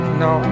no